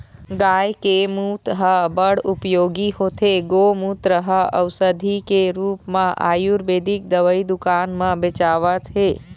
गाय के मूत ह बड़ उपयोगी होथे, गोमूत्र ह अउसधी के रुप म आयुरबेदिक दवई दुकान म बेचावत हे